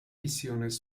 misiones